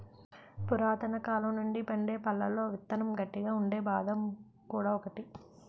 పురాతనకాలం నుండి పండే పళ్లలో విత్తనం గట్టిగా ఉండే బాదం కూడా ఒకటి